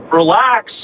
relax